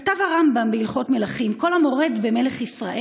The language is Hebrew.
כתב הרמב"ם בהלכות מלכים: כל המורד במלך ישראל,